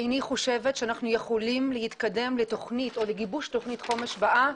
איני חושבת שאנחנו יכולים להתקדם לתוכנית או לגיבוש תוכנית החומש הבאה